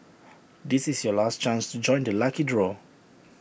this is your last chance to join the lucky draw